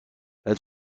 elle